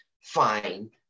fine